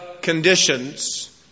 conditions